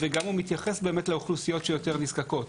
והוא גם מתייחס באמת לאוכלוסיות שיותר נזקקות.